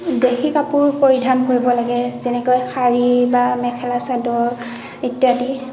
দেশী কাপোৰ পৰিধান কৰিব লাগে যেনেকৈ শাড়ী বা মেখেলা চাদৰ ইত্যাদি